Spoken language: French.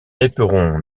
éperon